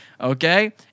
okay